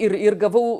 ir ir gavau